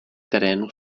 terénu